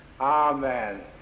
Amen